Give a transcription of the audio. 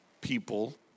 people